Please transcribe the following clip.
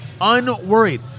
Unworried